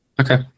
Okay